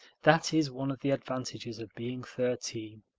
that is one of the advantages of being thirteen.